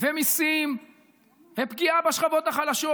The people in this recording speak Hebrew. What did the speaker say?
ומיסים ופגיעה בשכבות החלשות.